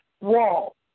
wall